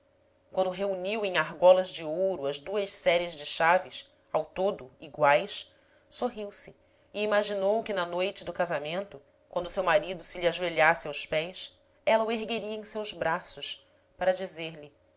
quando reuniu em argolas de ouro as duas séries de chaves ao todo iguais sorriu-se e imaginou que na noite do casamento quando seu marido se lhe ajoelhasse aos pés ela o ergueria em seus braços para dizer-lhe